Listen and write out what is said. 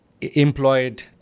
employed